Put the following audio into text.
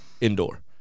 indoor